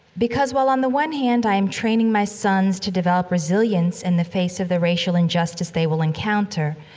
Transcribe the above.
because while on the one hand i am training my sons to develop resilience in the face of the racial injustice they will encounter,